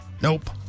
nope